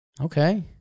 Okay